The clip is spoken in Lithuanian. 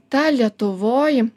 ta lietuvoj